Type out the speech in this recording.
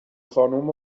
خانوم